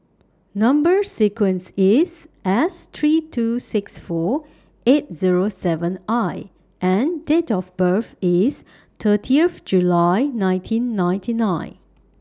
Number sequence IS S three two six four eight Zero seven I and Date of birth IS thirtieth July nineteen ninety nine